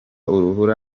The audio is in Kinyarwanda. uhura